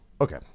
okay